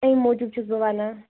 امہِ موٗجوٗب چھس بہٕ ونان